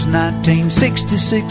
1966